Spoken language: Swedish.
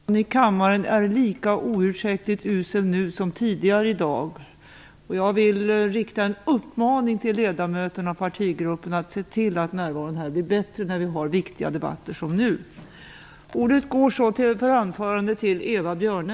Närvaron i kammaren är lika oursäktligt usel nu som tidigare i dag. Jag vill rikta en uppmaning till ledamöterna i partigrupperna att se till att närvaron här i kammaren blir bättre när vi har viktiga debatter som nu.